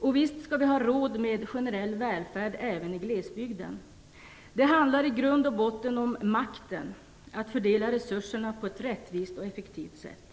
Och visst skall vi ha råd med generell välfärd även i glesbygden. Det handlar i grund och botten om makten att fördela resurserna på ett rättvist och effektivt sätt.